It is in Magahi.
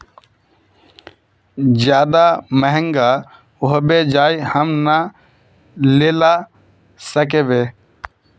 ज्यादा महंगा होबे जाए हम ना लेला सकेबे?